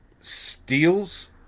Steals